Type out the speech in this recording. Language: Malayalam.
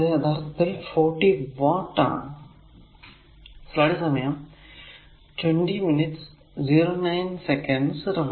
അപ്പോൾ ഇത് യഥാർത്ഥത്തിൽ 40 വാട്ട് ആണ്